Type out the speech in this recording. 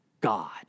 God